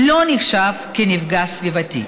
לא נחשב מפגע סביבתי.